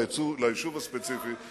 ליישוב הספציפי,